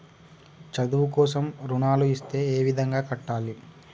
చదువు కోసం రుణాలు ఇస్తే ఏ విధంగా కట్టాలి?